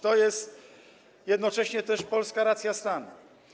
To jest jednocześnie też polska racja stanu.